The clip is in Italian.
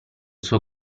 suo